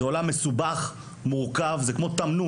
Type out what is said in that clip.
זהו עולם מסובך ומורכב; זה כמו תמנון.